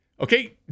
Okay